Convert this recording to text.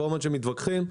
כל הזמן שהם מתווכחים,